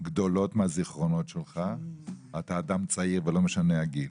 גדולים מהזיכרונות שלך אתה אדם צעיר ולא משנה הגיל.